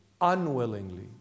Unwillingly